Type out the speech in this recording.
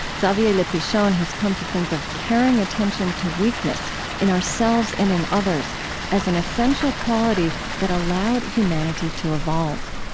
xavier le pichon has come to think of caring attention to weakness in ourselves and in others as an essential quality that allowed humanity to evolve